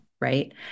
right